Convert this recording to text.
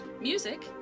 Music